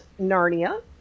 Narnia